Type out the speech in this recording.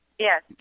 Yes